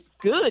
good